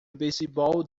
beisebol